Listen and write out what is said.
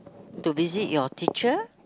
to visit your teacher